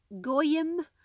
goyim